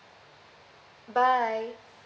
bye